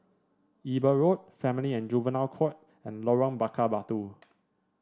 Eber Road Family and Juvenile Court and Lorong Bakar Batu